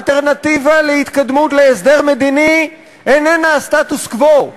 האלטרנטיבה להתקדמות להסדר מדיני איננה הסטטוס-קוו,